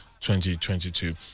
2022